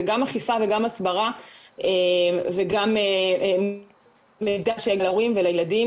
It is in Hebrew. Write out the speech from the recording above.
זה גם אכיפה וגם הסברה וגם מידע להורים ולילדים